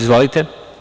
Izvolite.